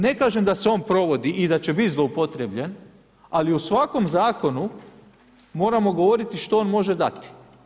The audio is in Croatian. Ne kažem da se on provodi i da će bit zloupotrebljen, ali u svakom zakonu moramo govoriti što on može dati.